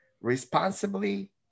responsibly